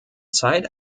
zeit